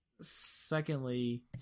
Secondly